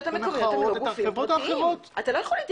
לספוג דברים שגופים חדשים אולי לא יכולים לספוג.